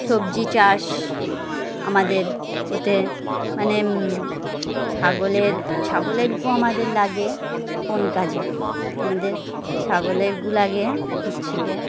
সবজি চাষ আমাদের ওতে মানে ছাগলের ছাগলের গু আমাদের লাগে কোন কাজে আমাদের ছাগলের গু লাগে হচ্ছে কি